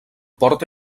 porta